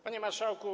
Panie Marszałku!